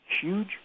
Huge